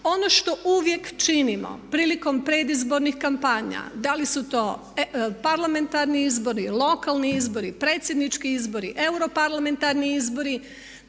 Ono što uvijek činimo prilikom predizbornih kampanja, da li su to parlamentarni izbori, lokalni izbori, predsjednički izbori, europarlamentarni izbori